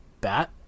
bat